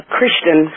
Christian